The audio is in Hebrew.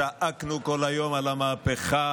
צעקנו כל היום על המהפכה,